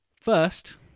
First